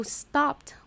stopped